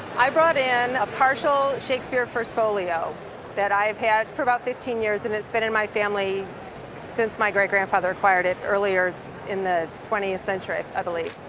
i brought in a partial shakespeare first folio that i've had for about fifteen years, and it's been in my family since my great-grandfather acquired it earlier in the twentieth century, i believe.